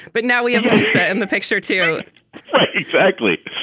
but now we have in the picture, too exactly.